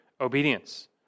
obedience